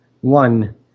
One